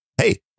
Hey